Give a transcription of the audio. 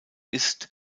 ist